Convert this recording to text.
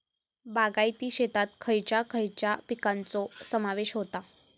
बागायती शेतात खयच्या खयच्या पिकांचो समावेश होता?